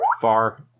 far